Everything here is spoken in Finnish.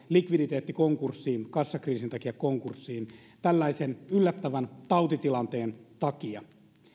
likviditeettikonkurssiin kassakriisin takia konkurssiin tällaisen yllättävän tautitilanteen takia